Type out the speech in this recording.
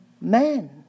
men